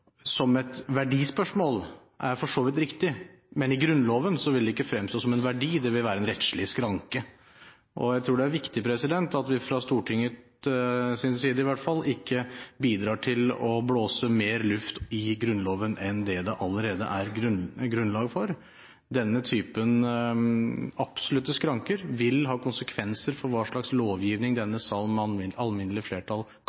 som et verdispørsmål, er for så vidt riktig, men i Grunnloven ville det ikke fremstå som en verdi, det ville være en rettslig skranke. Jeg tror det er viktig at vi fra Stortingets side i hvert fall ikke bidrar til å blåse mer luft i Grunnloven enn det det allerede er grunnlag for. Denne typen absolutte skranker vil ha konsekvenser for hva slags lovgivning denne salen med alminnelig flertall